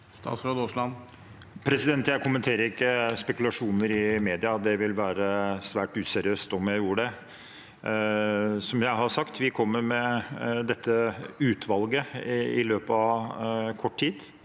Statsråd Terje Aasland Jeg kommente- rer ikke spekulasjoner fra media. Det ville være svært useriøst om jeg gjorde det. Som jeg har sagt: Vi kommer med dette utvalget i løpet av kort tid.